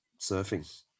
surfing